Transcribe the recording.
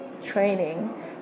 Training